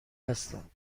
هستم